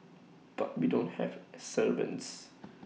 but we don't have servants